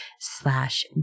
slash